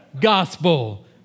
gospel